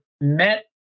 met